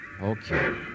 Okay